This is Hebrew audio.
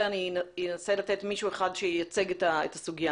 אני אנסה לתת למישהו אחד שייצג את הסוגיה.